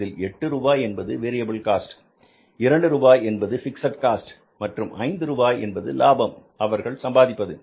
அதில் எட்டு ரூபாய் என்பது வேரியபில் காஸ்ட் இரண்டு ரூபாய் என்பது பிக்ஸட் காஸ்ட் மற்றும் ஐந்து ரூபாய் என்பது லாபம் அவர்கள் சம்பாதிப்பது